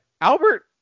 albert